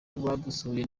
badusuye